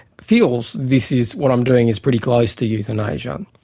feels this is what i'm doing is pretty close to euthanasia.